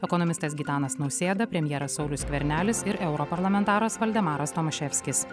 ekonomistas gitanas nausėda premjeras saulius skvernelis ir europarlamentaras valdemaras tomaševskis